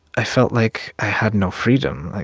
i felt like i had no freedom, like,